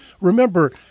remember